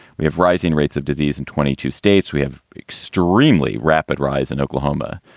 we have rising rates of disease in twenty two states. we have extremely rapid rise in oklahoma,